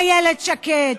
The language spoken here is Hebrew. איילת שקד,